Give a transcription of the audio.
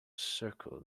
circled